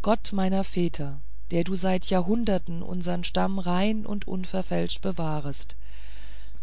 gott meiner väter der du seit jahrhunderten unsern stamm rein und unverfälscht bewahrtest